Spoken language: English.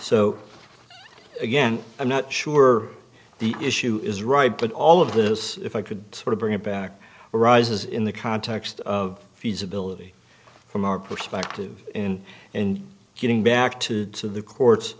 so again i'm not sure the issue is right but all of this if i could sort of bring it back arises in the context of feasibility from our perspective in and getting back to the courts